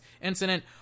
incident